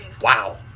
Wow